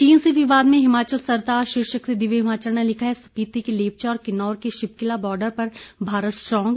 चीन से विवाद में हिमाचल सरताज शीर्षक से दिव्य हिमाचल ने लिखा है स्पीति के लेपचा और किन्नौर के शिपकिला बॉर्डर पर भारत स्ट्रांग